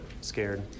scared